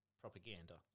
propaganda